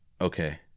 Okay